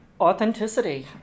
Authenticity